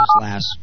last